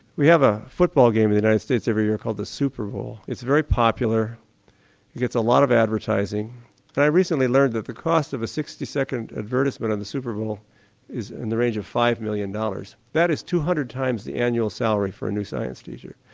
we have a football game in the united states every year called the super bowl, it's very popular, it gets a lot of advertising and i recently learned that the cost of a sixty second advertisement on the super bowl is in the range of five million dollars that is two hundred times the annual salary for a new science teacher.